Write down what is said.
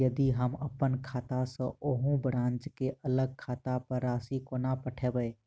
यदि हम अप्पन खाता सँ ओही ब्रांच केँ अलग खाता पर राशि कोना पठेबै?